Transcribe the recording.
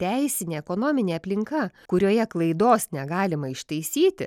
teisinė ekonominė aplinka kurioje klaidos negalima ištaisyti